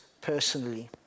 personally